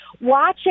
Watching